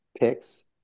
picks